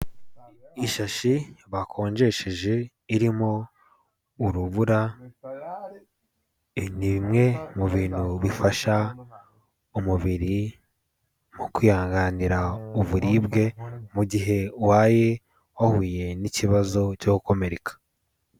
Ishashi bakonjesheje irimo urubura, ni bimwe mu bintu bifasha umubiri mu kwihanganira uburibwe mu gihe Ubaye wahuye n'ikibazo cyo gukomereka.